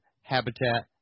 habitat